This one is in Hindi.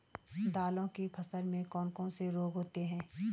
दालों की फसल में कौन कौन से रोग होते हैं?